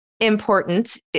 important